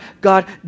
God